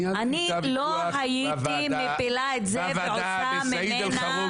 אני לא הייתי מפילה את זה ועושה ממנה